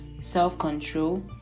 self-control